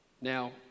Now